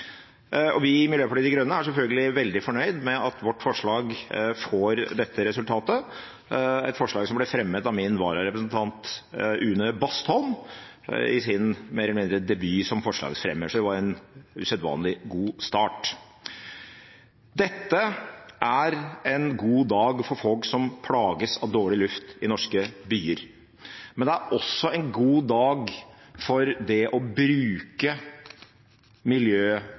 Vi i Miljøpartiet De Grønne er selvfølgelig veldig fornøyd med at vårt forslag får dette resultatet, et forslag som ble fremmet av min vararepresentant Une Bastholm i hennes mer eller mindre debut som forslagsfremmer, så det var en usedvanlig god start! Dette er en god dag for folk som plages av dårlig luft i norske byer, men det er også en god dag for det å bruke